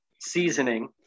seasoning